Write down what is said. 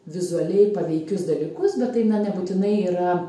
vizualiai paveikius dalykus bet tai na nebūtinai yra